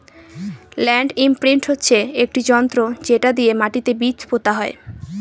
land imprint হচ্ছে একটি যন্ত্র যেটা দিয়ে মাটিতে বীজ পোতা হয়